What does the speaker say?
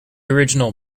original